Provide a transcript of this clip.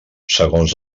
segons